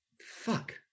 Fuck